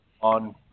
on